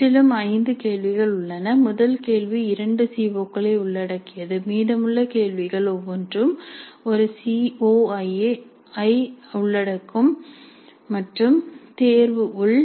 முற்றிலும் ஐந்து கேள்விகள் உள்ளன முதல் கேள்வி இரண்டு சி ஓ களை உள்ளடக்கியது மீதமுள்ள கேள்விகள் ஒவ்வொன்றும் ஒரு சி ஓ ஐ உள்ளடக்கும் மற்றும் தேர்வு உள்